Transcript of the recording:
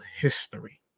history